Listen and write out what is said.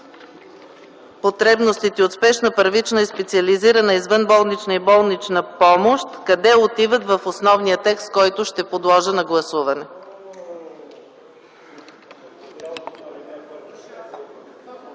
потребностите от спешна, първична и специализирана извънболнична и болнична помощ;” в основния текст, който ще подложа на гласуване.